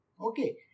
Okay